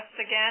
again